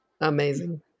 Amazing